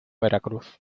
veracruz